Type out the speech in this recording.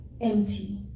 empty